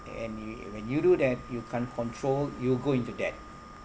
and you when you do that you can't control you go into that